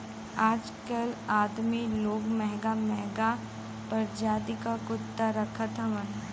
आजकल अदमी लोग महंगा महंगा परजाति क कुत्ता रखत हउवन